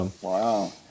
Wow